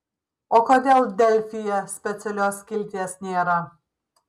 o kodėl delfyje specialios skilties nėra